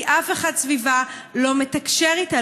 כי אף אחד סביבה לא מתקשר איתה,